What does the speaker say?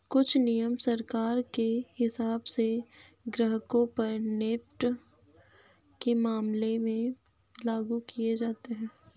कुछ नियम सरकार के हिसाब से ग्राहकों पर नेफ्ट के मामले में लागू किये जाते हैं